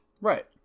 Right